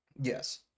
yes